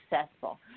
successful